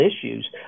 issues